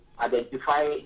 identify